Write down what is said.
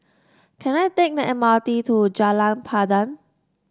can I take the M R T to Jalan Pandan